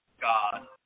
God